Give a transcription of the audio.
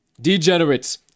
degenerates